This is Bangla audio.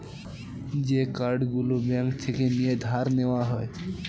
যে কার্ড গুলো ব্যাঙ্ক থেকে নিয়ে ধার নেওয়া যায়